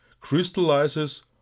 crystallizes